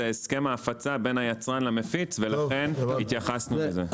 הסכם ההפצה בין היצרן למפיץ ולכן התייחסנו לזה.